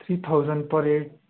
three thousand per head